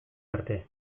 arte